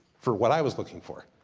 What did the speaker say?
for what i was looking for.